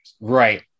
Right